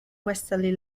westerly